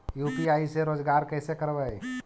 UPI से रोजगार कैसे करबय?